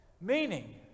Meaning